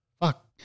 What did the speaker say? fuck